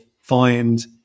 find